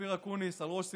אופיר אקוניס על ראש שמחתו,